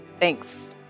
thanks